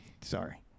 Sorry